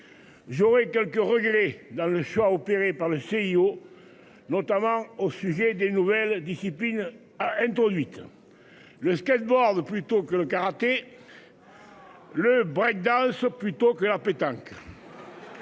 J'aurais quelques regrets dans le choix opéré par le CIO. Notamment au sujet des nouvelles disciplines a introduite. Le skateboard plutôt que le karaté. Le break Dance plutôt que la pétanque.